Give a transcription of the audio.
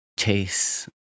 chase